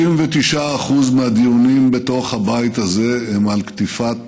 99% מהדיונים בתוך הבית הזה הם על קטיפת